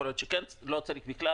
יכול להיות שלא צריך בכלל,